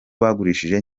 bagurishije